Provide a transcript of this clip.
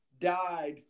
died